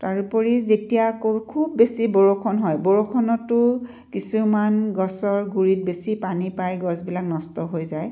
তাৰোপৰি যেতিয়া আকৌ খুব বেছি বৰষুণ হয় বৰষুণতো কিছুমান গছৰ গুৰিত বেছি পানী পাই গছবিলাক নষ্ট হৈ যায়